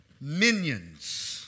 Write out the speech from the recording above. Minions